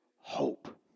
hope